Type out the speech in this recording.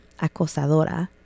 Acosadora